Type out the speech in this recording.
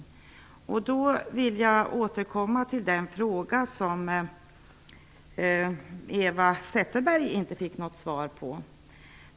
I det sammanhanget vill jag återkomma till den fråga som Eva Zetterberg inte fick besvarad.